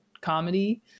comedy